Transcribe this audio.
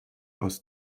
aus